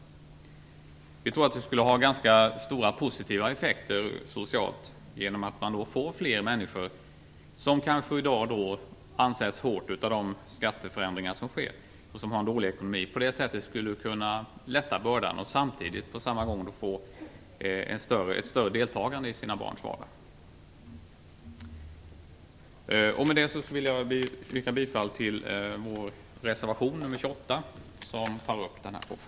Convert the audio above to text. Vi tror att det skulle ha ganska stora positiva sociala effekter om vi kunde göra bördan lättare för fler människor, som i dag kanske ansätts hårt av de skatteförändringar som sker och som har dålig ekonomi. På samma gång skulle deltagandet i barnens vardag bli större. Med det vill jag yrka bifall till vår reservation 28, där vi tar upp den här frågan.